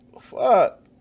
Fuck